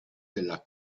della